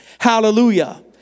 Hallelujah